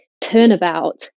turnabout